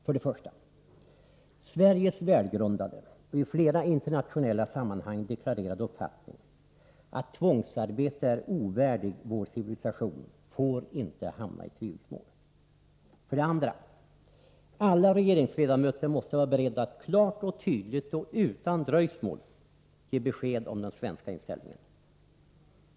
För det första: Sveriges välgrundade och i flera internationella sammanhang deklarerade uppfattning, att tvångsarbete är ovärdigt vår civilisation, får inte hamna i tvivelsmål. För det andra: Alla regeringsledamöter måste vara beredda att klart och tydligt och utan dröjsmål ge besked om den svenska inställningen.